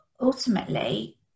ultimately